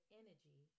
energy